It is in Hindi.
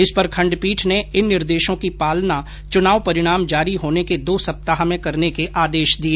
इस पर खंडपीठ ने इन निर्देशों की पालना चुनाव परिणाम जारी होने के दो सप्ताह में करने के आदेश दिए